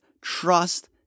trust